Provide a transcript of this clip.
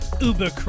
uber